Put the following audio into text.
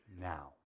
now